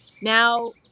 now